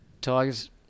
Tigers